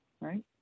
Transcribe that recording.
Right